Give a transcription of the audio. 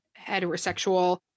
heterosexual